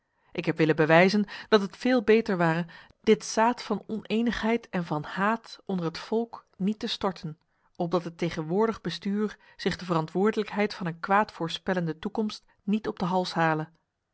ik heb willen bewijzen dat het veel beter ware dit zaad van onenigheid en van haat onder het volk niet te storten opdat het tegenwoordig bestuur zich de verantwoordelijkheid van een kwaadvoorspellende toekomst niet op de hals hale